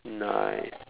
nice